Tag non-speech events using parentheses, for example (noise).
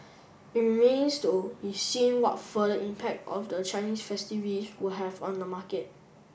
it remains to be seen what further impact of the Chinese (unintelligible) will have on the market